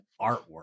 artwork